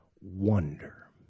wonder